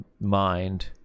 mind